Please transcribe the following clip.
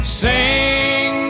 sing